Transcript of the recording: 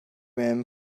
men